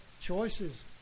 choices